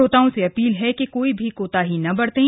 श्रोताओं से अपील है कि कोई भी कोताही न बरतें